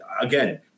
Again